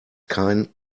kein